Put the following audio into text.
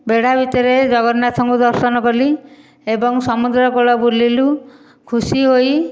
ବେଢ଼ା ଭିତରେ ଜଗନ୍ନାଥଙ୍କୁ ଦର୍ଶନ କଲି ଏବଂ ସମୁଦ୍ରକୂଳ ବୁଲିଲୁ ଖୁସି ହୋଇ